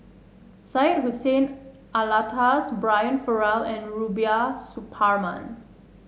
Syed Hussein Alatas Brian Farrell and Rubiah Suparman